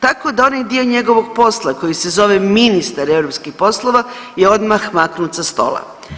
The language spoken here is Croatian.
Tako da onaj dio njegovog posla koji se zove ministar europskih poslova je odmah maknut sa stola.